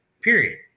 period